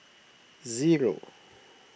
zero